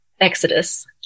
exodus